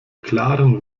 klaren